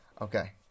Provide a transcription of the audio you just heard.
Okay